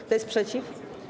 Kto jest przeciw?